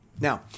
Now